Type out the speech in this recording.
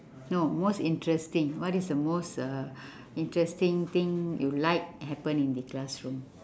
no most interesting what is the most uh interesting thing you like happen in the classroom